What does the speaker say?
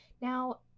Now